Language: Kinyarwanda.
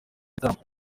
igitaramo